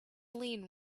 lean